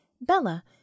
Bella